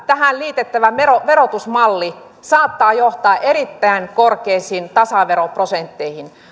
tähän liitettävä verotusmalli saattaa myöskin johtaa erittäin korkeisiin tasaveroprosentteihin